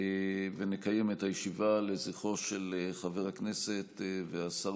ונקיים את הישיבה לזכרו של חבר הכנסת והשר